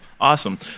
awesome